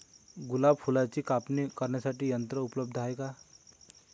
गुलाब फुलाची कापणी करण्यासाठी यंत्र उपलब्ध आहे का?